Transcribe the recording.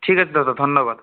ঠিক আছে দাদা ধন্যবাদ